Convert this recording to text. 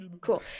Cool